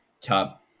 top